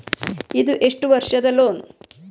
ಇದು ಎಷ್ಟು ವರ್ಷದ ಲೋನ್?